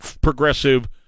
progressive